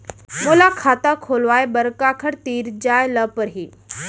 मोला खाता खोलवाय बर काखर तिरा जाय ल परही?